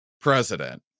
president